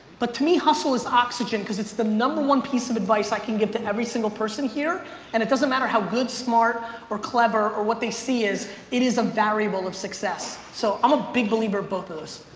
but to me, hustle is oxygen because it's the number one piece of advice i can give to every single person here and it doesn't matter how good, smart or clever or what they see is, it is a variable of success. so i'm a big believer both those.